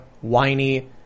whiny